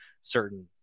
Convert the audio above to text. certain